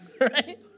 right